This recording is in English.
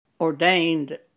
ordained